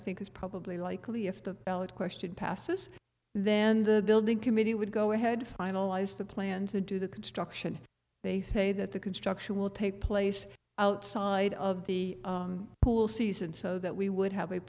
think is probably likely if the ballot question passes then the building committee would go ahead finalize the plan to do the construction they say that the construction will take place outside of the pool season so that we would have a